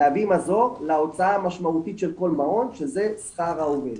להביא מזור להוצאה המשמעותית של כל מעון שזה שכר העובדים.